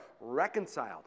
reconciled